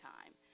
Time